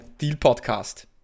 Deal-Podcast